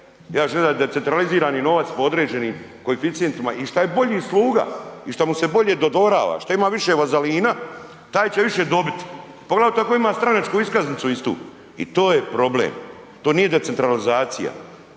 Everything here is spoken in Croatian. ja želim da decentralizirani novac po određenim koeficijentima i šta je bolji sluga i šta se mu bolje dodvoravaš, šta ima više vazelina, taj će više dobit, poglavito ako ima stranačku iskaznicu istu i to je problem, to nije decentralizacija,